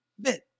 bit